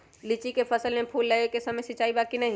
लीची के फसल में फूल लगे के समय सिंचाई बा कि नही?